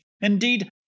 Indeed